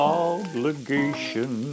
obligation